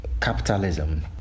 capitalism